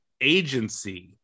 agency